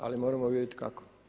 Ali moramo vidjeti kako.